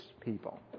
people